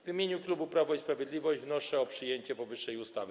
W imieniu klubu Prawo i Sprawiedliwość wnoszę o przyjęcie powyższej ustawy.